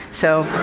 so,